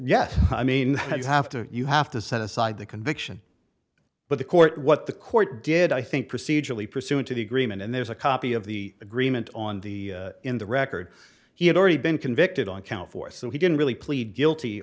yes i mean you have to you have to set aside the conviction but the court what the court did i think procedurally pursuant to the agreement and there's a copy of the agreement on the in the record he had already been convicted on count four so he didn't really plead guilty